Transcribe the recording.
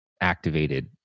activated